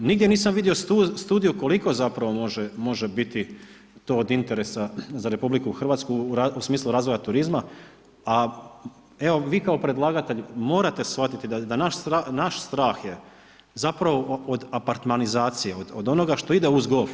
Nigdje nisam vidio studiju koliko zapravo može biti to od interesa za RH, u smislu razvoja turizma, a evo, vi kao predlagatelj, morate shvatiti da naš strah je od zapravo apartmanizacija, od onoga što ide u golf.